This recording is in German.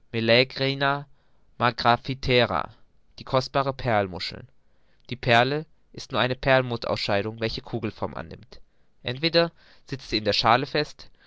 die kostbare perlmuttermuschel die perle ist nur eine perlmutterausscheidung welche kugelform annimmt entweder sitzt sie an der schale fest